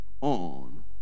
on